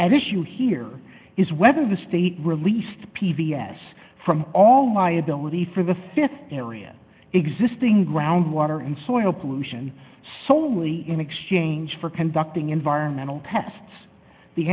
at issue here is whether the state released p b s from all liability for the th area existing ground water and soil pollution solely in exchange for conducting environmental tests the